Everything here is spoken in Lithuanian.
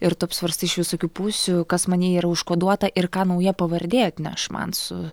ir tu apsvarstai iš visokių pusių kas many yra užkoduota ir ką nauja pavardė atneš man su